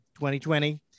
2020